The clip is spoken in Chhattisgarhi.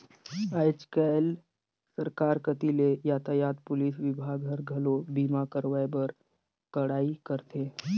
आयज कायज सरकार कति ले यातयात पुलिस विभाग हर, घलो बीमा करवाए बर कड़ाई करथे